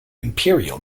imperial